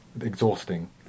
exhausting